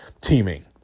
teaming